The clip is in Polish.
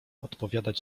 odpowiadać